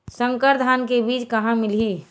संकर धान के बीज कहां मिलही?